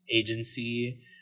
agency